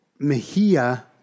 Mahia